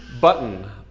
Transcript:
button